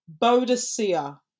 Bodicea